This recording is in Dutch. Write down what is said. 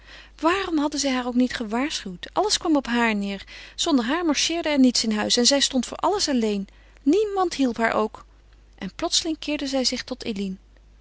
waarom hadden zij haar ook niet gewaarschuwd alles kwam op haar neêr zonder haar marcheerde er niets in huis en zij stond voor alles alleen niemand hielp haar ook en plotseling keerde zij zich tot